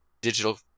digital